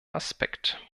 aspekt